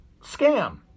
scam